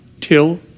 Till